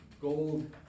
Gold